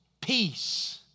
peace